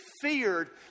feared